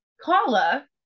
Kala